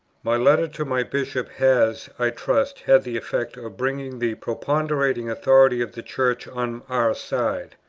my letter to my bishop has, i trust, had the effect of bringing the preponderating authority of the church on our side.